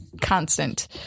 constant